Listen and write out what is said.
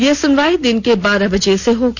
यह सुनवाई दिन के बारह बजे से होगी